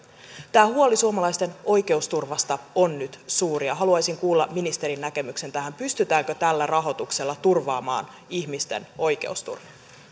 tämä huoli suomalaisten oikeusturvasta on nyt suuri ja haluaisin kuulla ministerin näkemyksen tähän pystytäänkö tällä rahoituksella turvaamaan ihmisten oikeusturva